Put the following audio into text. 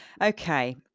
Okay